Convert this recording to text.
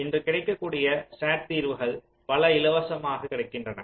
இன்று கிடைக்கக்கூடிய SAT தீர்வுகள் பல இலவசமாகக் கிடைக்கின்றன